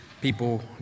people